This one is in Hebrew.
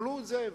לקבל את זה.